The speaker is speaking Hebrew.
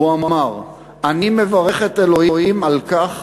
הוא אמר: אני מברך את אלוהים על כך